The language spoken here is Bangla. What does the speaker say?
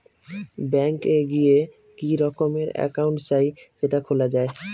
ব্যাঙ্ক এ গিয়ে কি রকমের একাউন্ট চাই সেটা খোলা যায়